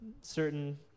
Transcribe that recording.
certain